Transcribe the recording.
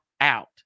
out